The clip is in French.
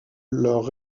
leur